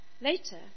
Later